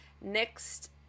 next